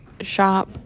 shop